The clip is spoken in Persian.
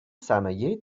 صنایع